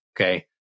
okay